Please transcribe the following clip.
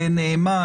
היו תקנות החברות (בקשה לפשרה או להסדר).